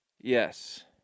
Yes